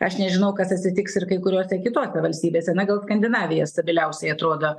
aš nežinau kas atsitiks ir kai kuriose kitose valstybėse na gal skandinavija stabiliausiai atrodo